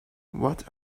what